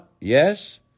Yes